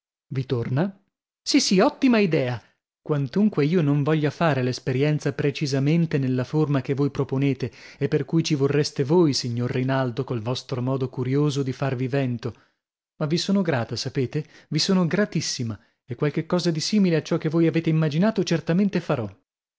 vi torna sì sì ottima idea quantunque io non voglia fare l'esperienza precisamente nella forma che voi proponete e per cui ci vorreste voi signor rinaldo col vostro modo curioso di farvi vento ma vi son grata sapete vi sono gratissima e qualche cosa di simile a ciò che voi avete immaginato certamente farò